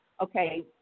okay